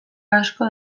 asko